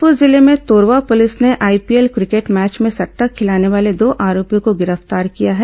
बिलासपुर जिले में तोरवा पुलिस ने आईपीएल क्रिकेट मैच में सट्टा खिलाने वाले दो आरोपियों को गिरफ्तार किया है